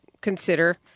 consider